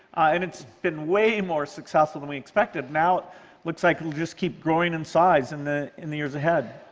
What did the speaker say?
and it's been way more successful than we expected. now it looks like it'll just keep growing in size in the in the years ahead.